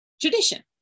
tradition